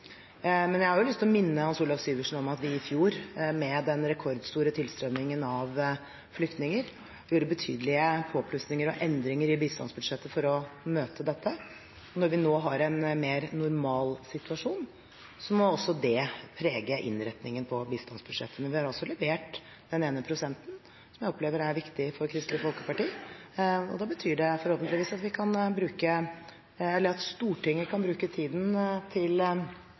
Men jeg har lyst til å minne Hans Olav Syversen om at vi i fjor, med den rekordstore tilstrømningen av flyktninger, gjorde betydelige påplussinger og endringer i bistandsbudsjettet for å møte dette. Når vi nå har en mer normal situasjon, må også det prege innretningen på bistandsbudsjettet. Men vi har altså levert den ene prosenten som jeg opplever er viktig for Kristelig Folkeparti. Det betyr forhåpentligvis at Stortinget kan bruke tiden til å forhandle om andre og viktige saker i budsjettet, som jeg er sikker på at Kristelig Folkeparti kommer til